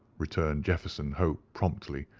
returned jefferson hope promptly,